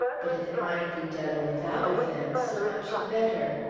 but if it might be done without offence, so much the better.